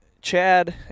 Chad